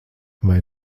vai